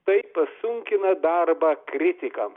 tai pasunkina darbą kritikam